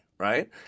right